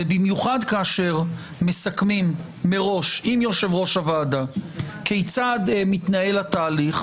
ובמיוחד כאשר מסכמים מראש עם יושב-ראש הוועדה כיצד מתנהל התהליך,